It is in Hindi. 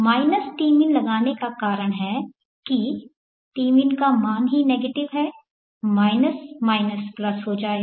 tmin लगाने का कारण यह है कि tmin का मान ही नेगेटिव है माइनस का माइनस प्लस हो जाएगा